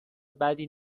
بدی